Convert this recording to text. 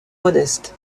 modeste